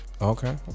Okay